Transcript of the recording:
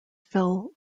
fell